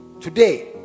today